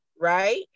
right